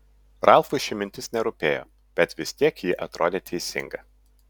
ralfui ši mintis nerūpėjo bet vis tiek ji atrodė teisinga